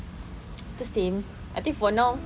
it's the same I think for now